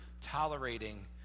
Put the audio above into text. tolerating